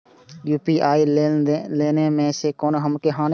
UPI ने लेने से हमरो की हानि होते?